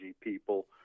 people